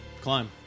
climb